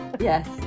Yes